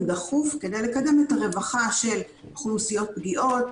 דחוף כדי לקדם את הרווחה של אוכלוסיות פגיעות,